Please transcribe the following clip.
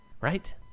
right